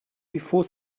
before